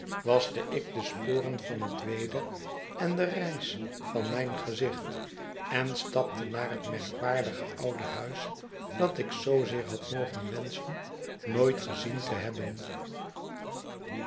waschte ik de sporen van het weder en de reis van mijn gezicht en stapte naar het merkwaardige oude huis dat ik zoozeer had mogen wenschen nooit gezien te hebben